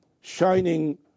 Shining